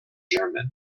german